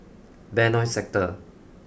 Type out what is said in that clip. Benoi Sector